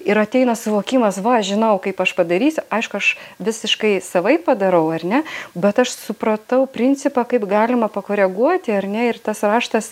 ir ateina suvokimas va žinau kaip aš padarysiu aišku aš visiškai savaip padarau ar ne bet aš supratau principą kaip galima pakoreguoti ar ne ir tas raštas